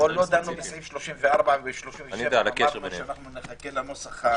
כי אתמול לא דנו בסעיף 34 ובסעיף 37. אמרנו שנחכה לנוסח המתואם.